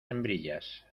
hembrillas